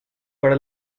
para